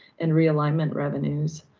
and realignment revenues.